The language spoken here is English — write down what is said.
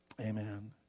Amen